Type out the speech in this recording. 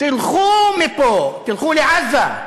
תלכו מפה, תלכו לעזה.